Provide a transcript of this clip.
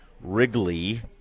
Wrigley